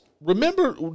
remember